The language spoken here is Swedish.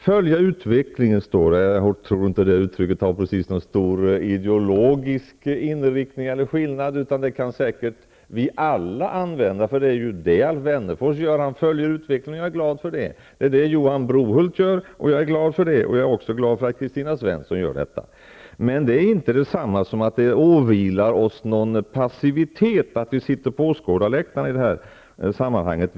''Följa utvecklingen'' står det. Jag tror inte att det uttrycket har någon stor ideologisk innebörd, utan det kan säkert vi alla använda. Alf Wennerfors följer utvecklingen, och jag är glad för det. Det är det Johan Brohult gör, och jag är glad för det. Jag är också glad för att Kristina Svensson gör detta. Men det är inte detsamma som att det åvilar oss någon passivitet, att vi sitter på åskådarläktaren i det här sammanhanget.